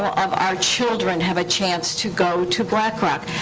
of our children have a chance to go to black rock.